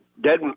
dead